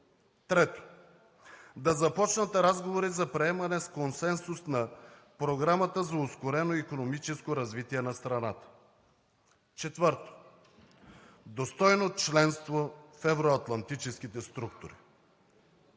Трето, да започнат разговори за приемане с консенсус на програмата за ускорено икономическо развитие на страната. Четвърто, достойно членство в евроатлантическите структури.